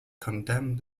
condemned